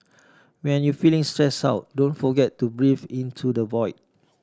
when you feeling stressed out don't forget to breathe into the void